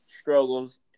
struggles